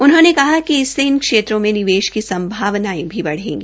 उन्होंने कहा कि इससे इन क्षेत्रों में निवेश की संभावानायें भी बढ़ेगी